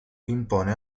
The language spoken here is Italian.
impone